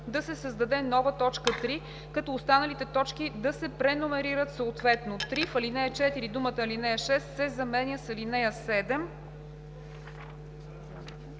да се създаде нова т. 3, като останалите точки да се преномерират, съответно 3 в ал. 4 думата „ал. 6 се заменя с ал. 7“.